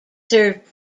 served